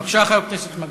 בבקשה, חבר הכנסת מקלב.